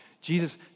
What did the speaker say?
Jesus